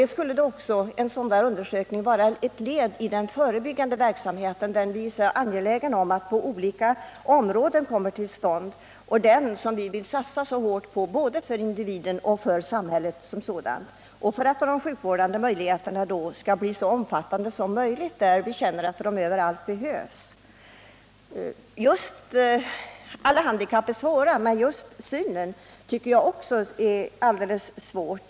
En allmän undersökning skulle också kunna bli ett led i den förebyggande sjukvård som vi är så angelägna om att få till stånd på olika områden och som vi vill satsa på till gagn för såväl den enskilde som samhället. Det är då angeläget att de förebyggande insatserna blir så omfattande som möjligt och att de kommer till stånd på alla de områden där de behövs. Alla handikapp är svåra, att drabbas av sjukdom som medför förlust av synen är svårt.